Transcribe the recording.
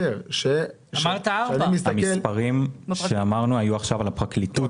אמרת 4. המספרים שאמרנו עכשיו היו על הפרקליטות